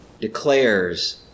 declares